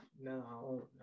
no